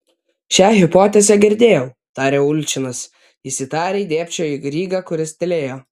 šią hipotezę girdėjau tarė ulčinas jis įtariai dėbčiojo į grygą kuris tylėjo